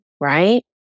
Right